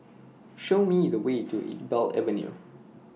Show Me The Way to Iqbal Avenue